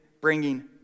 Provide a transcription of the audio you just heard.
bringing